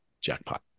jackpot